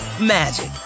magic